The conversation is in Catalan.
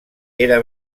era